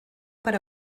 per